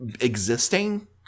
existing